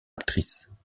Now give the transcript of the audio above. actrice